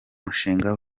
mushinga